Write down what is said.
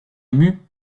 émues